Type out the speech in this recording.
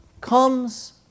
comes